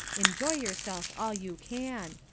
enjoy yourself all you can.